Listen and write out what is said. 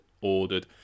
ordered